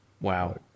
Wow